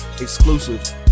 Exclusives